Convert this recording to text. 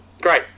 Great